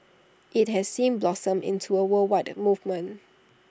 IT has since blossomed into A worldwide movement